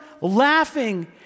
laughing